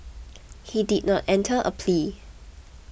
he did not enter a plea